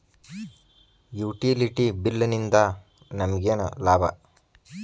Utility bill ನಿಂದ್ ನಮಗೇನ ಲಾಭಾ?